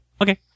Okay